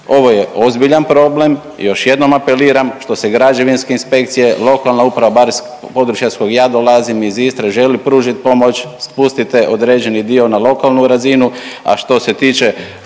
Ovo je ozbiljan problem, još jednom apeliram što se građevinske inspekcije, lokalna uprava bar s područja s kojeg ja dolazim iz Istre želi pružiti pomoć, spustite određeni dio na lokalnu razinu, a što se tiče